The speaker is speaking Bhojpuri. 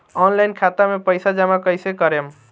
ऑनलाइन खाता मे पईसा जमा कइसे करेम?